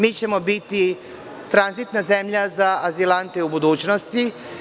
Mi ćemo biti tranzitna zemlja za azilante u budućnosti.